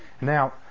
Now